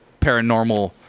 paranormal